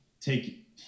take